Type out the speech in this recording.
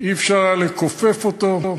משפחת זאבי.